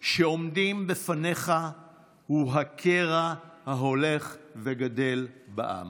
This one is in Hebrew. שעומדים בפניך הוא הקרע ההולך וגדל בעם.